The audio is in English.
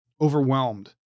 overwhelmed